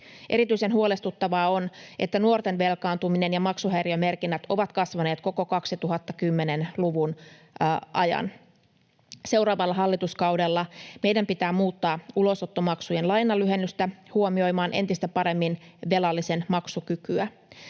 Erityisen huolestuttavaa on, että nuorten velkaantuminen ja maksuhäiriömerkinnät ovat kasvaneet koko 2010-luvun ajan. Seuraavalla hallituskaudella meidän pitää muuttaa ulosottomaksujen lainanlyhennystä huomioimaan entistä paremmin velallisen maksukykyä.